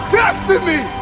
destiny